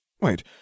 Wait